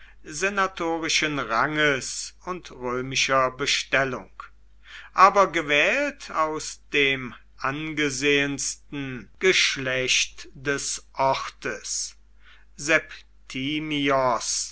senatorischen ranges und römischer bestellung aber gewählt aus dem angesehensten geschlecht des ortes